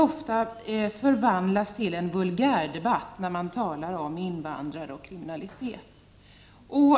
Ofta förvandlas det till en vulgärdebatt när man talar om invandrare och kriminalitet.